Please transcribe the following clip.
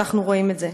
אנחנו רואים את זה.